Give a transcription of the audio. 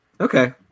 Okay